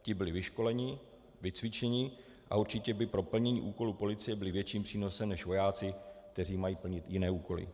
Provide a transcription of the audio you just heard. Ti byli vyškoleni, vycvičeni a určitě by pro plnění úkolů policie byli větším přínosem než vojáci, kteří mají plnit jiné úkoly.